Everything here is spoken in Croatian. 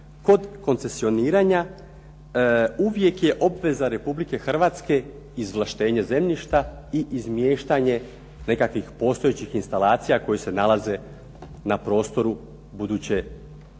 kod koncesioniranja uvijek je obveza RH izvlaštenje zemljišta i izmještanje nekakvih postojećih instalacija koje se nalaze na prostoru buduće javne